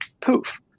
poof